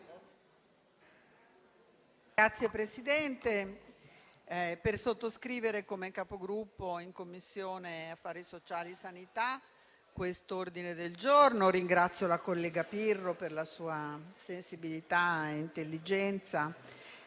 chiedere di sottoscrivere come Capogruppo in Commissione affari sociali e sanità questo ordine del giorno. Ringrazio la collega Pirro per la sua sensibilità e intelligenza